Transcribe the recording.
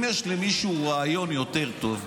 אם יש למישהו רעיון יותר טוב,